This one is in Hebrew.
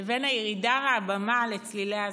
לבין הירידה מהבמה לצלילי האזעקות.